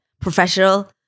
professional